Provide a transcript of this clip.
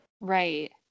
Right